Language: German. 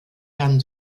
herrn